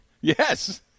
Yes